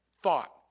thought